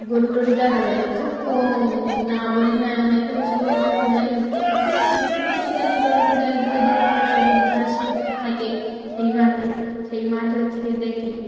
গরু টরু দেখা যায় না খুব কম না বললি না আমরা এখানে সেখানে যখন যাই ঘুরতে টুরতে ঘুরতে টুরতে গেলেই গরু টরু এক দুট দেখতে পাই সবুজ ঘাস থাকে সেই মাঠে সেই মাঠে হচ্ছে কি দেখি